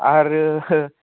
आरो